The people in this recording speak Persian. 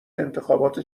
انتخابات